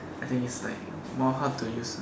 I think is like more how to use